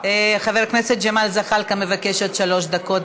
חבר הכנסת ג'מאל זחאלקה מבקש עד שלוש דקות.